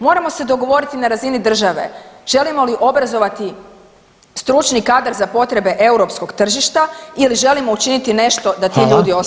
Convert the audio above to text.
Moramo se dogovoriti na razini države želimo li obrazovati stručni kadar sa potrebe europskog tržišta ili želimo učiniti nešto da ti ljudi ostanu [[Upadica: Hvala.]] ovdje.